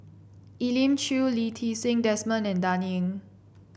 Elim Chew Lee Ti Seng Desmond and Dan Ying